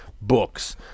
books